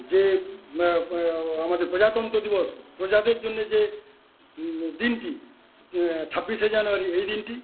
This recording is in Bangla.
যে আমাদের প্রজাতন্ত্র দিবস প্রজাদের জন্য যে দিনটি ছাব্বিশে জানুয়ারি এই দিনটি